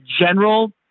general